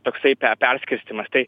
toksai perskirstymas tai